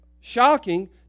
shocking